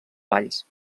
valls